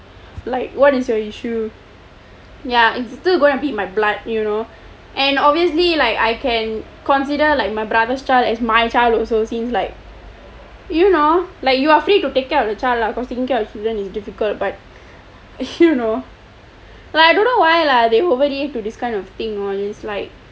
like what is your issue ya it's still going to be my blood you know and obviously like I can consider like my brother child as my child also like you know like you are free to take care of the child lah the procedure then is gonna be difficult but you know like I don't know why lah they were overthink to this kind of thing one is like